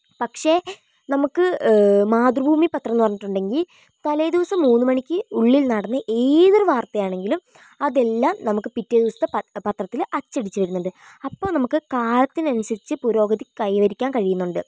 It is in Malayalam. പക്ഷേ നമുക്ക് മാതൃഭൂമി പത്രമെന്ന് പറഞ്ഞിട്ടുണ്ടെങ്കിൽ തലേദിവസം മൂന്ന് മണിക്ക് ഉള്ളിൽ നടന്ന ഏതൊരു വാർത്തയാണെങ്കിലും അതെല്ലാം നമുക്ക് പിറ്റേദിവസത്തെ പത്ര പത്രത്തില് അച്ചടിച്ച് വരുന്നുണ്ട് അപ്പൊൾ നമുക്ക് കാലത്തിനനുസരിച്ച് പുരോഗതി കൈവരിക്കാൻ കഴിയുന്നുണ്ട്